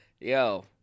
yo